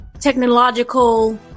technological